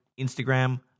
Instagram